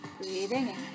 breathing